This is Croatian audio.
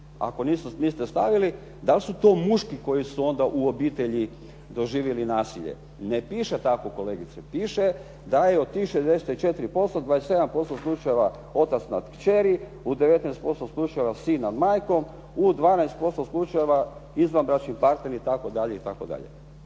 Ako niste stavili, da li su to muški koji su onda u obitelji doživjeli nasilje. Ne piše tako kolegice. Piše da je od tih 64% 27% slučajeva otac nad kćeri, u 19% slučajeva sin nad majkom, u 12% slučajeva izvanbračni partneri itd. itd.